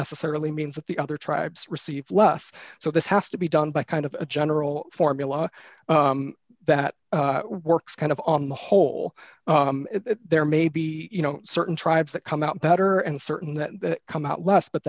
necessarily means that the other tribes receive less so this has to be done by kind of a general formula that works kind of on the whole there may be you know certain tribes that come out better and certain that come out less but